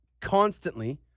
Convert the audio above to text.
constantly